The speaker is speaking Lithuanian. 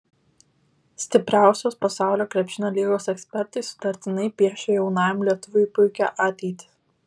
stipriausios pasaulio krepšinio lygos ekspertai sutartinai piešia jaunajam lietuviui puikią ateitį